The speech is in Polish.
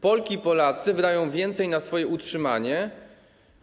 Polki i Polacy wydają więcej na swoje utrzymanie.